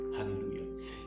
Hallelujah